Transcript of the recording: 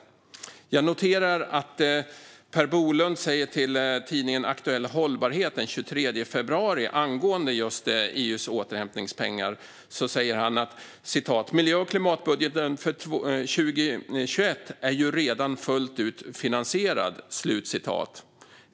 Jag noterar att Per Bolund säger till tidningen Aktuell Hållbarhet den 23 februari angående EU:s återhämtningspengar att miljö och klimatbudgeten för 2021 redan är fullt ut finansierad.